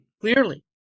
Clearly